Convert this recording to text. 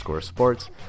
sports